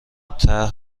طرح